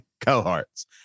cohorts